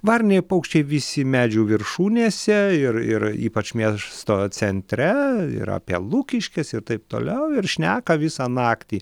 varniniai paukščiai visi medžių viršūnėse ir ir ypač miesto centre ir apie lukiškes ir taip toliau ir šneka visą naktį